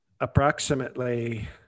approximately